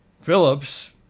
Phillips